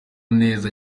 neza